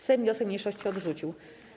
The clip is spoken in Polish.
Sejm wniosek mniejszości odrzucił.